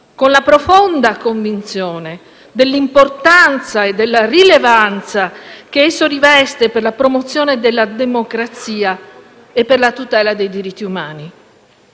con la profonda convinzione dell'importanza e della rilevanza che esso riveste per la promozione della democrazia e per la tutela dei diritti umani.